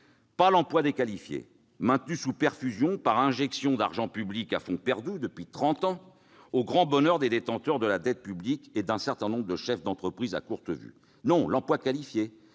pas l'emploi déqualifié, maintenu sous perfusion par injection d'argent public à fonds perdu depuis trente ans, au grand bonheur des détenteurs de dette publique et de chefs d'entreprise à courte vue, non, l'emploi qualifié,